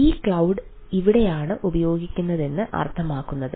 ഈ ക്ലൌഡ് എവിടെയാണ് ഉപയോഗിക്കുന്നതെന്ന് അർത്ഥമാക്കുന്നതിന്